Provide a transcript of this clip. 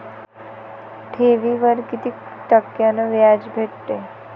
ठेवीवर कितीक टक्क्यान व्याज भेटते?